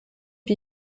wie